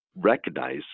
recognize